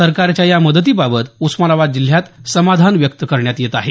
सरकारच्या या मदतीबाबत उस्मानाबाद जिल्ह्यात समाधान व्यक्त केलं जात आहे